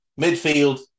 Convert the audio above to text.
Midfield